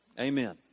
Amen